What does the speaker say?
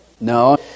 No